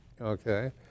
Okay